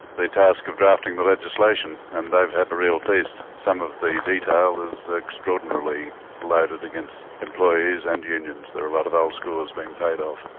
the task of drafting the legislation, and they've had a real feast. some of the detail is extraordinarily loaded against employees and unions. there are a lot of old scores being paid off.